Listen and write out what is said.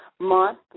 month